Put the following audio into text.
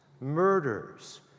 murders